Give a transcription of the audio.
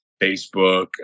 Facebook